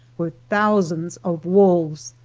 were thousands of wolves,